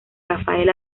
rafael